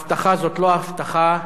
הבטחה זאת לא הבטחה.